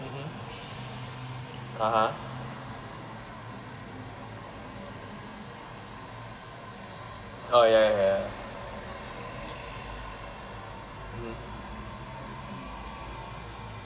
(uh huh) (uh huh) oh ya ya ya (uh huh)